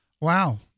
Wow